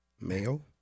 mayo